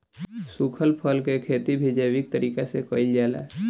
सुखल फल के खेती भी जैविक तरीका से कईल जाला